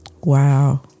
Wow